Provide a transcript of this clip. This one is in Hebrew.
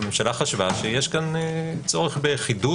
הממשלה חשבה שיש כאן צורך בחידוד,